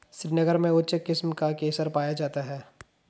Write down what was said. श्रीनगर में उच्च किस्म का केसर पाया जाता है